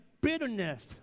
bitterness